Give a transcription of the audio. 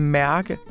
mærke